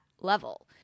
level